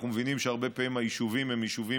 אנחנו מבינים שהרבה פעמים היישובים הם יישובים